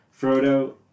Frodo